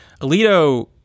Alito